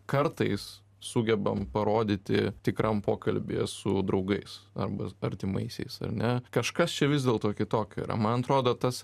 kartais sugebam parodyti tikram pokalbyje su draugais arba artimaisiais ar ne kažkas čia vis dėlto kitokio yra man atrodo tas